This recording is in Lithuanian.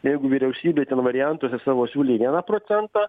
jeigu vyriausybė ten variantuose savo siūlė vieną procentą